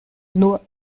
nur